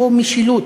אפרופו משילות.